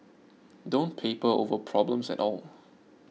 don't paper over problems at all